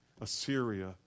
Assyria